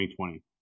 2020